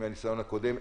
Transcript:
מהניסיון הקודם,